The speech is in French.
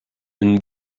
une